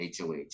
HOH